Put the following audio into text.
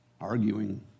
arguing